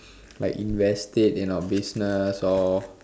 like invest it in our business or